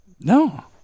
No